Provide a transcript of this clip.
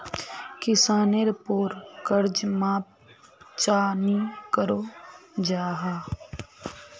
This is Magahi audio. किसानेर पोर कर्ज माप चाँ नी करो जाहा?